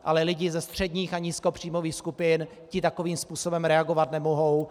Ale lidé ze středních a nízkopříjmových skupin, ti takovým způsobem reagovat nemohou.